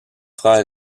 frères